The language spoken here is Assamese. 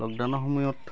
লকডাউনৰ সময়ত